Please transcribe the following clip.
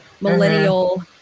millennial